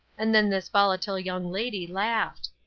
and then this volatile young lady laughed.